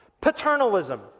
Paternalism